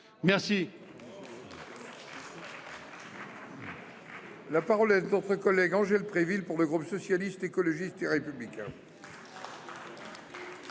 merci.